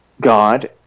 God